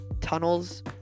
tunnels